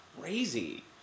crazy